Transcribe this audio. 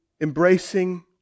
embracing